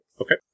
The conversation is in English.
Okay